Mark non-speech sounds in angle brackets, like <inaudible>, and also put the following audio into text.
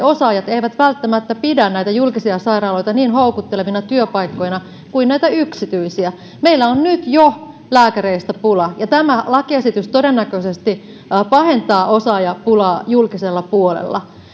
<unintelligible> osaajat eivät välttämättä pidä julkisia sairaaloita niin houkuttelevina työpaikkoina kuin yksityisiä meillä on nyt jo lääkäreistä pula ja tämä lakiesitys todennäköisesti pahentaa osaajapulaa julkisella puolella